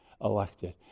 Elected